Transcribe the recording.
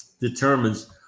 determines